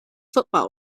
football